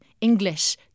English